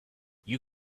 you